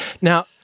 now